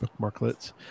Bookmarklets